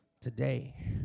today